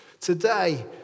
Today